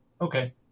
Okay